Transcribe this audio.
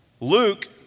Luke